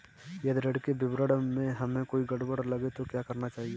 यदि ऋण के विवरण में हमें कोई गड़बड़ लगे तो क्या करना चाहिए?